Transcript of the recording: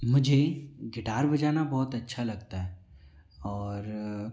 मुझे गिटार बजाना बहुत अच्छा लगता है और